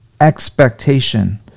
expectation